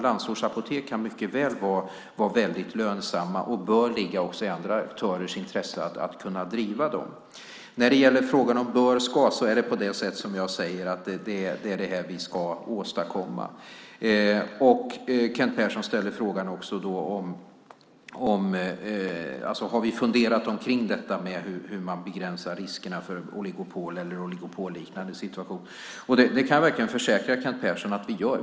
Landsortsapotek kan mycket väl vara väldigt lönsamma, och det bör också ligga i andra aktörers intresse att driva dem. När det gäller frågan om "bör" eller "ska" är det så som jag säger. Det är det här vi ska åstadkomma. Kent Persson frågar också om vi har funderat på hur man begränsar riskerna för oligopol eller oligopolliknande situationer. Jag kan verkligen försäkra Kent Persson att vi har gjort det.